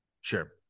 Sure